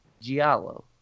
Giallo